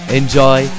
enjoy